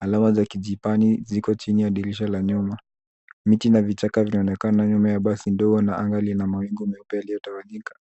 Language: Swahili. Alama za kijipani ziko chini ya dirisha la nyuma. Miti na vichaka vinaonekana nyuma ya basi ndogo na anga lina mawingu nyeupe iliyotawanyika.